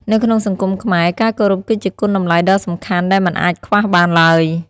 នៅក្នុងសង្គមខ្មែរ ការគោរពគឺជាគុណតម្លៃដ៏សំខាន់ដែលមិនអាចខ្វះបានឡើយ។